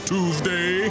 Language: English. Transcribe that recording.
Tuesday